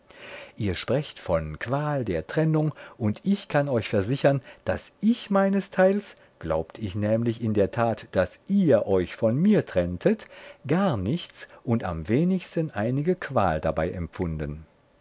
ihr sprecht von qual der trennung und ich kann euch versichern daß ich meinesteils glaubt ich nämlich in der tat daß ihr euch von mir trenntet gar nichts und am wenigsten einige qual dabei empfunden